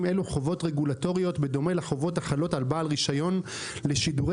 האלה חובות רגולטוריות בדומה לחובות החלות על בעל רישיון לשידורי